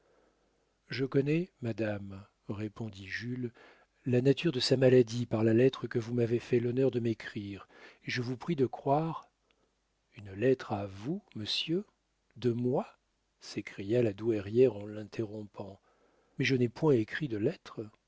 je connais madame répondit jules la nature de sa maladie par la lettre que vous m'avez fait l'honneur de m'écrire et je vous prie de croire une lettre à vous monsieur de moi s'écria la douairière en l'interrompant mais je n'ai point écrit de lettre